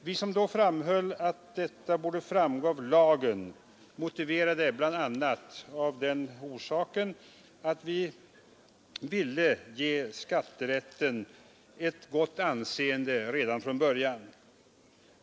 Vi som då framhöll att detta borde framgå av lagen motiverade vår uppfattning bl.a. med att vi ville ge skatterätten ett gott anseende redan från början.